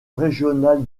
régional